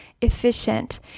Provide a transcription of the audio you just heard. efficient